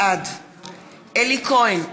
בעד אלי כהן,